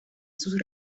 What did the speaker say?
sus